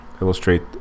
illustrate